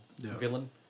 villain